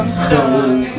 stone